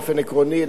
באופן עקרוני,